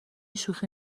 شوخی